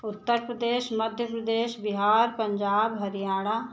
Uttar Pradesh Madhya Pradesh Bihar Punjab Haryana